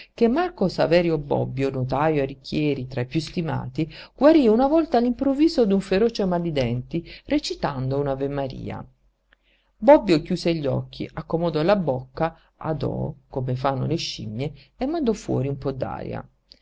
che marco saverio bobbio notajo a richieri tra i piú stimati guarí una volta all'improvviso d'un feroce mal di denti recitando un'avemaria bobbio chiuse gli occhi accomodò la bocca ad o come fanno le scimmie e mandò fuori un po